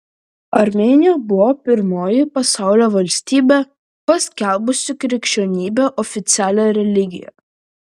armėnija buvo pirmoji pasaulio valstybė paskelbusi krikščionybę oficialia religija